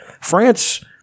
France